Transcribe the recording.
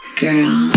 girl